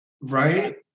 right